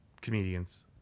Comedians